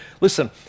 Listen